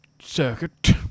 Circuit